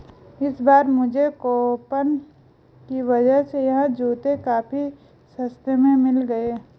इस बार मुझे कूपन की वजह से यह जूते काफी सस्ते में मिल गए